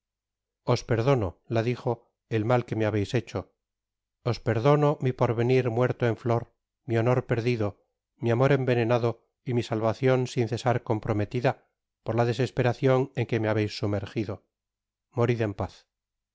os perdono la dijo el mal que me habeis hecho os perdono mi porvenir muerto en ftor mi honor perdido mi amor envenenado y mi salvacion sin cesar comprometida por la desesperacion en que me habeis sumergido morid en paz